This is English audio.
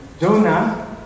Jonah